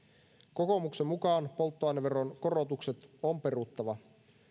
kokoomuksen mukaan polttoaineveron korotukset on peruttava